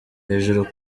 hejuru